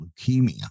leukemia